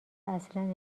اصلن